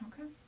Okay